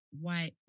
white